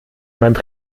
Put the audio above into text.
meinem